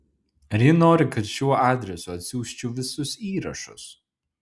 ar ji nori kad šiuo adresu atsiųsčiau visus įrašus